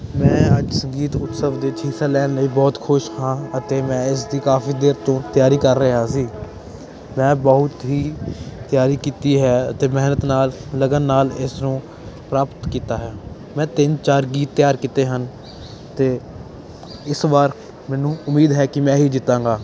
ਮੈਂ ਅੱਜ ਸੰਗੀਤ ਉਤਸਵ ਵਿੱਚ ਹਿੱਸਾ ਲੈਣ ਲਈ ਬਹੁਤ ਖੁਸ਼ ਹਾਂ ਅਤੇ ਮੈਂ ਇਸ ਦੀ ਕਾਫੀ ਦੇਰ ਤੋਂ ਤਿਆਰੀ ਕਰ ਰਿਹਾ ਸੀ ਮੈਂ ਬਹੁਤ ਹੀ ਤਿਆਰੀ ਕੀਤੀ ਹੈ ਅਤੇ ਮਿਹਨਤ ਨਾਲ ਲਗਨ ਨਾਲ ਇਸ ਨੂੰ ਪ੍ਰਾਪਤ ਕੀਤਾ ਹੈ ਮੈਂ ਤਿੰਨ ਚਾਰ ਗੀਤ ਤਿਆਰ ਕੀਤੇ ਹਨ ਅਤੇ ਇਸ ਵਾਰ ਮੈਨੂੰ ਉਮੀਦ ਹੈ ਕਿ ਮੈਂ ਹੀ ਜਿੱਤਾਂਗਾ